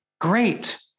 great